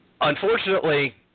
unfortunately